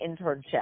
internship